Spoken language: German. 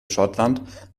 schottland